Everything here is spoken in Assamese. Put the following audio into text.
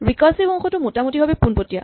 ৰিকাৰছিভ অংশটো মোটামোটিভাৱে পোণপটীয়া